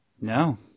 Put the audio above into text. No